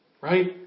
Right